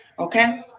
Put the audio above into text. Okay